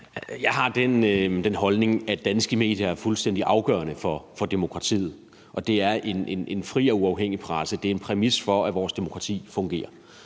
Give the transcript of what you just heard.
Jeg har den holdning, at danske medier er fuldstændig afgørende for demokratiet, og en fri og uafhængig presse er en præmis for, at vores demokrati fungerer.